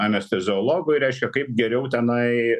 anesteziologui reiškia kaip geriau tenai